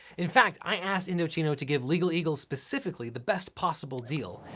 in fact, i asked indochino to give legal eagles, specifically, the best possible deal,